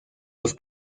los